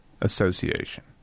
association